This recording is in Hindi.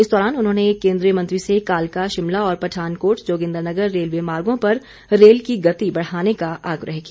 इस दौरान उन्होंने केंद्रीय मंत्री से कालका शिमला और पठानकोट जोगिन्द्रनगर रेलवे मार्गो पर रेल की गति बढ़ाने का आग्रह किया